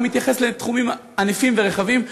הוא מתייחס לתחומים ענפים ורחבים,